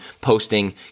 posting